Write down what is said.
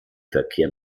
verkehr